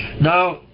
Now